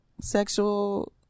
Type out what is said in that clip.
sexual